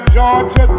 Georgia